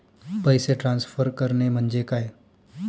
पैसे ट्रान्सफर करणे म्हणजे काय?